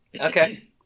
Okay